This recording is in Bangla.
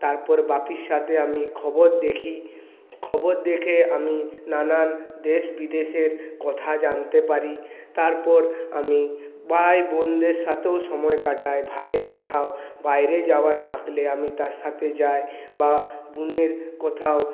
তারপর বাপির সাথে আমি খবর দেখি খবর দেখে আমি নানান দেশ বিদেশের কথা জানতে পারি তারপর আমি ভাই বোনদের সাথেও সময় কাটায় ভায়ের কোথাও বাইরে যাওয়ার থাকলে আমি তার সাথে যাই বা বোনের কোথাও